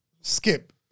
skip